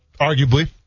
arguably